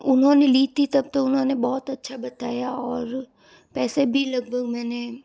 उन्होंने ली थी तब तो उन्होंने बहुत अच्छा बताया और पैसे भी लगभग मैंने